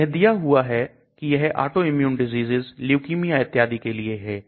यह दिया हुआ है की यह autoimmune diseases leukimia इत्यादि के लिए है